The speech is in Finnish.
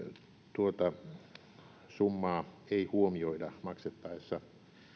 tuota summaa ei huomioida maksettaessa